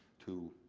to